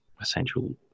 essential